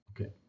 Okay